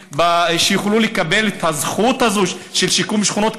שיוכלו לקבל את הזכות הזו של שיקום שכונות,